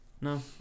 no